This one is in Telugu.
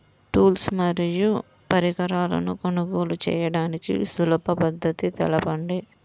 టూల్స్ మరియు పరికరాలను కొనుగోలు చేయడానికి సులభ పద్దతి తెలపండి?